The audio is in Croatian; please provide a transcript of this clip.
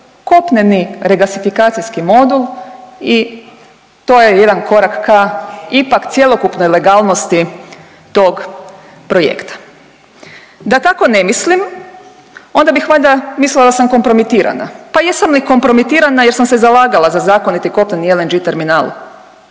kopneni regasifikacijski modul i to je jedan korak ka ipak cjelokupnoj legalnosti tog projekta. Da tako ne mislim onda bih valjda mislila da sam kompromitirana, pa jesam li kompromitirana jer sam se zalagala za zakonit i kopneni LNG terminal,